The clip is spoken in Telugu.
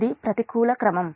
ఇది ప్రతికూల క్రమం